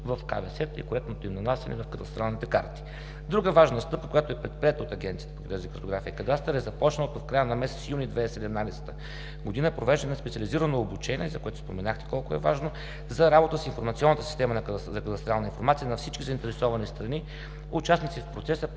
в КВС-та и коректното им нанасяне в кадастралните карти. Друга важна стъпка, която е предприета от Агенцията по геодезия, картография и кадастър, е започналото в края на месец юни 2017 г. провеждане на специализирано обучение, за което споменахте колко е важно, за работа с информационната система за кадастрална информация на всички заинтересовани страни, участници в процеса